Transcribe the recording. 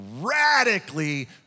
radically